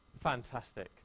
Fantastic